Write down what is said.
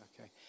okay